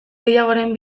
gehiagoren